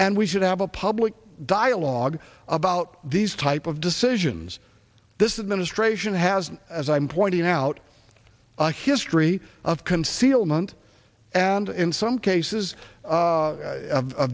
and we should have a public dialogue about these type of decisions this is ministration has as i'm pointing out a history of concealment and in some cases